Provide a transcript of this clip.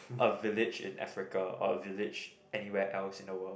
a village in Africa or a village anywhere else in the world